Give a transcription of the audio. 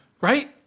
right